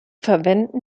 verwenden